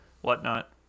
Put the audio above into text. whatnot